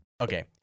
okay